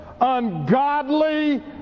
ungodly